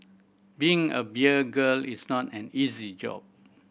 being a beer girl is not an easy job